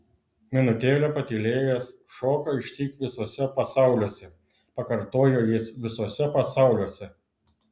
minutėlę patylėjęs šoka išsyk visuose pasauliuose pakartojo jis visuose pasauliuose